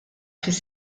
fis